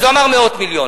אז הוא אמר: מאות מיליונים.